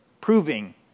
Proving